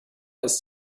ist